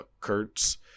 Kurtz